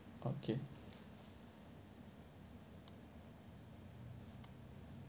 okay